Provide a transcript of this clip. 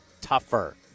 tougher